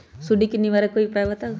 सुडी से निवारक कोई उपाय बताऊँ?